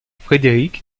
frédérique